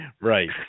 Right